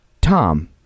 Tom